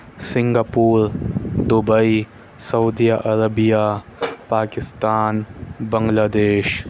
Singapore Dubai سعودیہ عربیہ پاکستان بنگلہ دیش